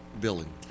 billing